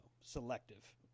selective